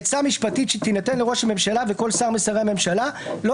עצה משפטית שתינתן לראש הממשלה ולכל שר משרי הממשלה לא